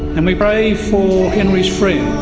and we pray for henry's friends